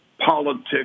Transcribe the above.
politics